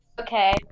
Okay